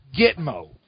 Gitmo